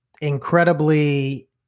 incredibly